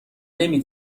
نمی